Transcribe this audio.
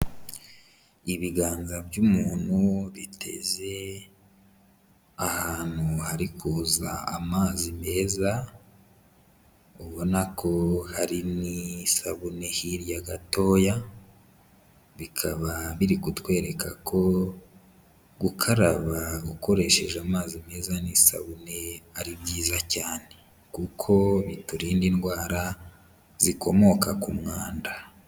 Ibiganza by'umuntu biteze ahantu hari kuza amazi meza, ubona ko hari n'isabune hirya gatoya, bikaba biri kutwereka ko gukaraba ukoresheje amazi meza n'isabune ari byiza cyane kuko biturinda indwara zikomoka ku mwanda.